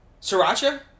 Sriracha